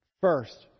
First